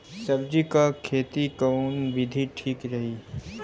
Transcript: सब्जी क खेती कऊन विधि ठीक रही?